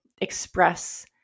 express